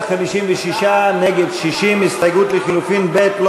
ההסתייגות לחלופין (ב) של קבוצת סיעת מרצ,